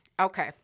Okay